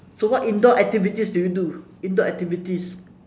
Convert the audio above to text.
so what indoor activities do you do indoor activities